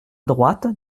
droite